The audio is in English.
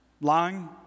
Lying